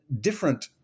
different